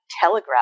telegraph